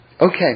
Okay